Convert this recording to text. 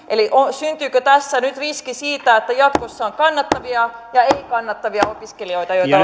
syntyykö tässä nyt riski siitä että jatkossa on kannattavia ja ei kannattavia opiskelijoita joita